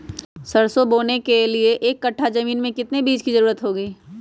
सरसो बोने के एक कट्ठा जमीन में कितने बीज की जरूरत होंगी?